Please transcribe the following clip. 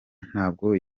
ntabwo